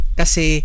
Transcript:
kasi